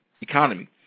economy